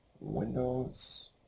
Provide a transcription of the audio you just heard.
Windows